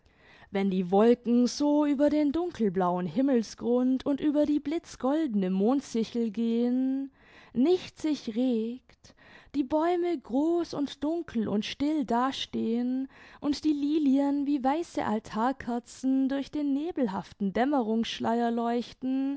wenn die wolken so über den dunkelblauen himmelsgrund und über die blitzgoldene mondsichel gehen nichts sich regt die bäume groß und dunkel und still dastehen und die lilien wie weiße altarkerzen durch den nebelhaften dämmerungsschleier leuchten